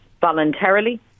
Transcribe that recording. voluntarily